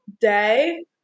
day